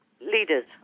leaders